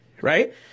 right